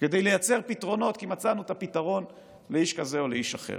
כדי לייצר פתרונות כי מצאנו את הפתרון לאיש כזה או לאיש אחר.